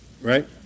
right